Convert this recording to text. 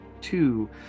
Two